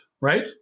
right